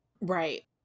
Right